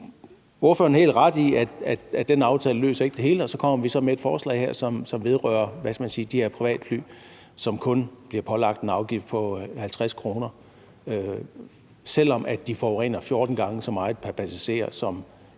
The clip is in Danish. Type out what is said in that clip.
Ordføreren har helt ret i, at den aftale ikke løser det hele, og så kommer vi med et forslag her, som vedrører de her privatfly, som kun bliver pålagt en afgift på 50 kr. pr. passager, selv om de forurener 14 gange så meget som et